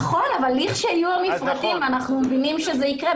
נכון, אבל כשיהיו המפרטים אנחנו מבינים שזה יקרה.